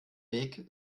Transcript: weg